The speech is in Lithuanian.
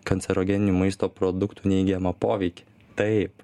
kancerogeninių maisto produktų neigiamą poveikį taip